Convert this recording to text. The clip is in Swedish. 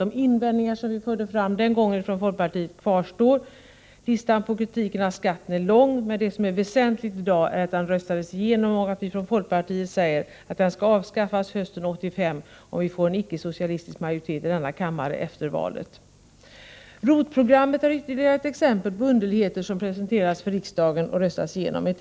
De invändningar som vi från folkpartiet förde fram den gången kvarstår. Listan över kritik av skatten är lång, men det som är väsentligt i dag är att skatten röstades igenom och att vi från folkpartiet säger att den skall avskaffas hösten 1985, om vi får en icke-socialistisk majoritet i denna kammare efter valet. ROT-programmet är ytterligare ett exempel på underligheter som har presenterats för riksdagen och röstats igenom.